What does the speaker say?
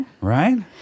Right